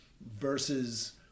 versus